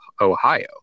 Ohio